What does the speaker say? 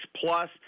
plus